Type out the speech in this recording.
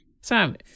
Sam